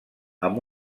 amb